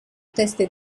teste